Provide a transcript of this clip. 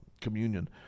communion